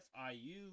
fiu